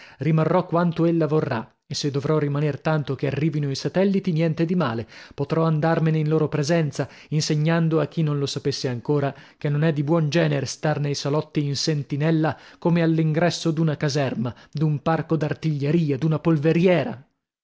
rimarrò quanto ella vorrà e se dovrò rimaner tanto che arrivino i satelliti niente di male potrò andarmene in loro presenza insegnando a chi non lo sapesse ancora che non è di buon genere star nei salotti in sentinella come all'ingresso d'una caserma d'un parco d'artiglieria d'una polveriera